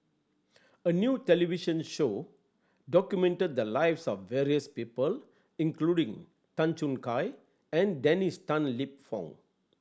a new television show documented the lives of various people including Tan Choo Kai and Dennis Tan Lip Fong